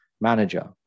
manager